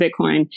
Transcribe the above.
Bitcoin